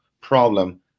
problem